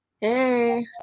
Hey